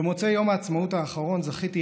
במוצאי יום העצמאות האחרון זכיתי,